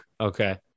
okay